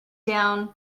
down